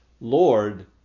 Lord